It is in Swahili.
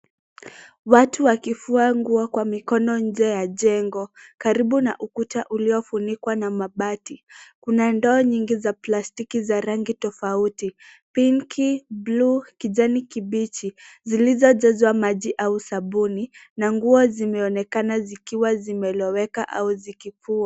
Watu wakifua nguo kwa mikono nje ya jengo karibu na ukuta uliofunikwa na mabati. Kuna ndoo nyingi za plastiki za rangi tofauti , pinki, bluu, kijani kibichi zilizojazwa maji au sabuni na nguo zimeonekana zikiwa zimeloweka au zikipua.